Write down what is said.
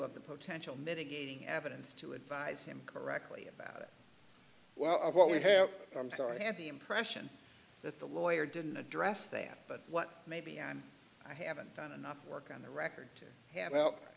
of the potential mitigating evidence to advise him correctly about it well what we have i'm sorry i have the impression that the lawyer didn't address that but what maybe i'm i haven't done enough work on the record to have out